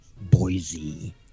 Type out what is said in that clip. Boise